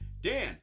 Dan